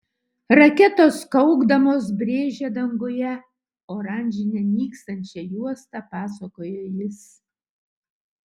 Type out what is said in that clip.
raketos kaukdamos brėžė danguje oranžinę nykstančią juostą pasakojo jis